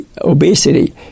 obesity